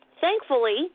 thankfully